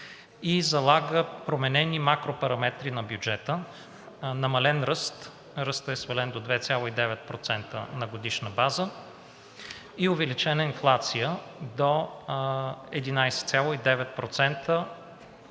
и залага променени макропараметри на бюджета: намален ръст, ръстът е свален до 2,9% на годишна база и увеличена инфлация до 11,9%